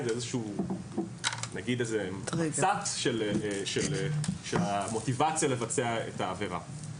נגיד מוטיבציה לבצע את העבירה.